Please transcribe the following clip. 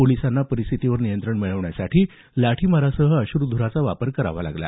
पोलिसांना परिस्थितीवर नियंत्रण मिळवण्यासाठी लाठीमारासह अश्र्ध्राचा वापर करावा लागला